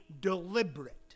deliberate